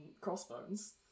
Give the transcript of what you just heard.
crossbones